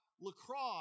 lacrosse